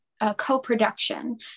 co-production